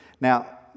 Now